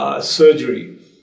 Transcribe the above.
surgery